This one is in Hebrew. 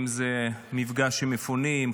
אם זה מפגש עם מפונים,